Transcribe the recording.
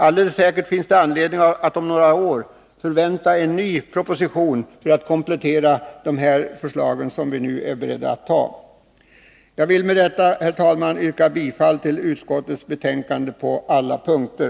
Alldeles säkert finns det anledning att om några år vänta sig en ny proposition för att komplettera de förslag som vi nu är beredda att ta. Jag vill med detta, herr talman, yrka bifall till utskottets hemställan på samtliga punkter.